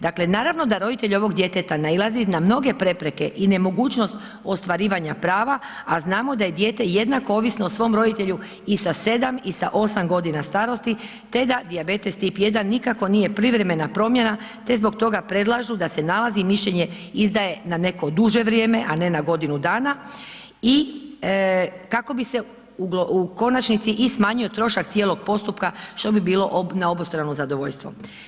Dakle, naravno da roditelji ovoga djeteta nailaze na mnoge prepreke i nemogućnost ostvarivanja pravo, a znamo da je dijete jednako ovisno o svom roditelju i sa 7 i sa 8 godina starosti te da dijabetes tip 1 nikako nije privremena promjena te zbog toga predlažu da se nalaz i mišljenje izdaje na neko duže vrijeme, a ne na godinu dana i kako bi se u konačnici i smanjio trošak cijelog postupka, što bi bilo na obostrano zadovoljstvo.